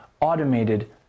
automated